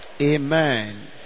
Amen